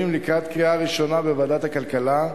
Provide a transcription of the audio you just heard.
לקראת קריאה ראשונה בוועדת הכלכלה,